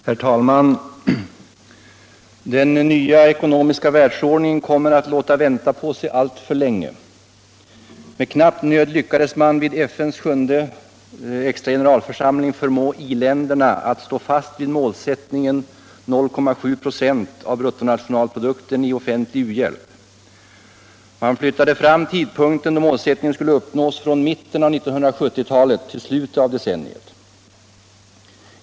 Herr talman! Den nya ekonomiska världsordningen kommer att låta vänta på sig alltför länge. Med knapp nöd lyckades man vid FN:s sjunde extra gencralförsamling förmå i-länderna att stå fast vid målsättningen 0,7 26 av bruttonationalprodukten i offentlig u-hjälp. Man flyttar fram tidpunkten då målsättningen skulle uppnås från mitten av 1970-talet till slutet av decenniet.